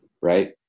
right